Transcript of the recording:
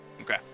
Okay